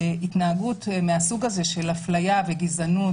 שבהתנהגות מהסוג הזה של הפליה וגזענות,